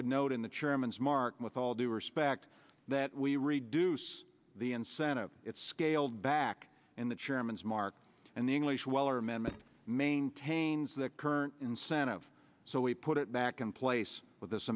would note in the chairman's mark with all due respect that we reduce the incentive it's scaled back in the chairman's mark and the english well or amendment maintains the current incentive so we put it back in place with this